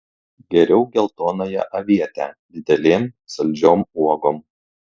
geriau geltonąją avietę didelėm saldžiom uogom